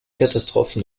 catastrophe